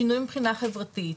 שינוי מבחינה חברתית.